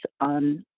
on